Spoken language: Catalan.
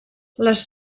les